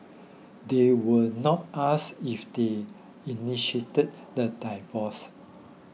they were not asked if they initiated the divorce